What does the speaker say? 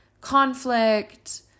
conflict